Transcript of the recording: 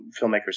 filmmakers